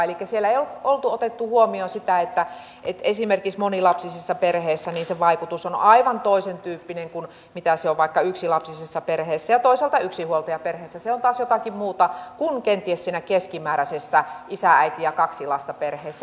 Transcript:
elikkä siellä ei oltu otettu huomioon sitä että esimerkiksi monilapsisissa perheissä se vaikutus on aivan toisen tyyppinen kuin mitä se on vaikka yksilapsisessa perheessä ja toisaalta yksinhuoltajaperheessä se on taas jotakin muuta kuin kenties siinä keskimääräisessä isä äiti ja kaksi lasta perheessä